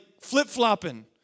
flip-flopping